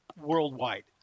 worldwide –